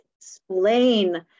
explain